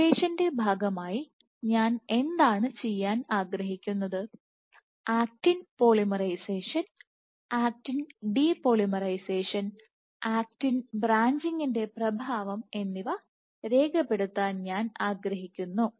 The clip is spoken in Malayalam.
സിമുലേഷന്റെ ഭാഗമായി ഞാൻ എന്താണ് ചെയ്യാൻ ആഗ്രഹിക്കുന്നത് actin polymerization actin depolymerization actin ബ്രാഞ്ചിംഗിന്റെ പ്രഭാവം എന്നിവ രേഖപ്പെടുത്താൻ ഞാൻ ആഗ്രഹിക്കുന്നു